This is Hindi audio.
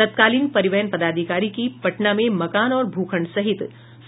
तत्कालीन परिवहन पदाधिकारी की पटना में मकान और भूखंड सहित